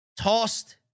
tossed